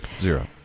Zero